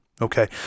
Okay